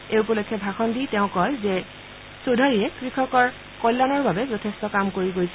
এই উপলক্ষে ভাষণ দি তেওঁ কয় যে শ্ৰীটৌধাৰীয়ে কৃষকৰ কল্যাণৰ বাবে যথেষ্ট কাম কৰি থৈ গৈছে